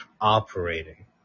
operating